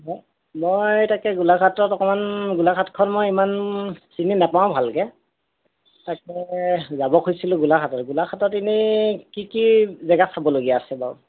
মই তাকে গোলাঘাটত অকণমান গোলাঘাটখন মই ইমান চিনি নাপাওঁ ভালকৈ তাকে যাব খুজিছিলোঁ গোলাঘাটত গোলাঘাটত এনেই কি কি জেগা চাবলগীয়া আছে বাৰু